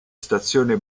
stazione